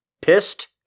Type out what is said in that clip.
pissed